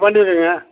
பண்ணிடறங்க